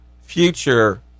future